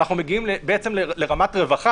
"תסגור תלמוד תורה",